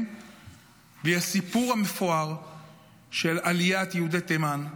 בלי הסיפור המפואר של עליית יהודי תימן.